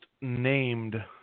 named